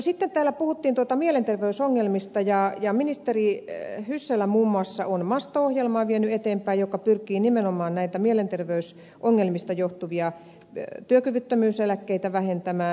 sitten täällä puhuttiin mielenterveysongelmista ja ministeri hyssälä muun muassa on masto ohjelmaa vienyt eteenpäin joka pyrkii nimenomaan näitä mielenterveysongelmista johtuvia työkyvyttömyyseläkkeitä vähentämään